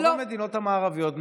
ברוב המדינות המערביות,